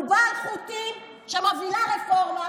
הבובה על חוטים שמובילה רפורמה,